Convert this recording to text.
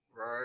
Right